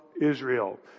Israel